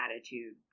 attitude